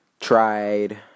tried